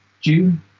June